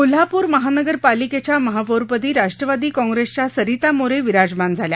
कोल्हापूर महानगरपालिकेच्या महापौरपदी राष्ट्रवादी काँग्रेसच्या सरिता मोरे विराजमान झाल्या